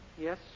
Yes